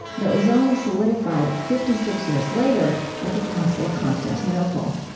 though, it was only solidified fifty six years later at the council of constantinople.